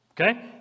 okay